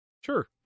Sure